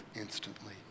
instantly